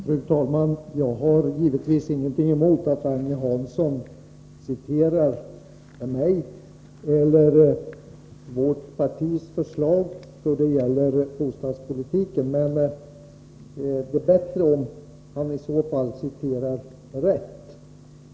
Fru talman! Jag har givetvis ingenting emot att Agne Hansson citerar mina uttalanden eller mitt partis förslag då det gäller bostadspolitiken, men det vore bättre om han i så fall citerade rätt.